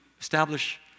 establish